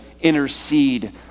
intercede